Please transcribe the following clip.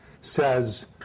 says